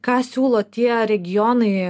ką siūlo tie regionai